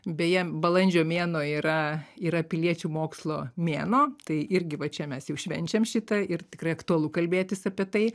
beje balandžio mėnuo yra yra piliečių mokslo mėnuo tai irgi va čia mes jau švenčiam šitą ir tikrai aktualu kalbėtis apie tai